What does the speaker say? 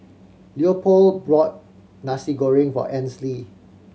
Leopold brought Nasi Goreng for Ansley